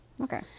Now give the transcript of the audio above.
Okay